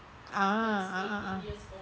ah ah ah ah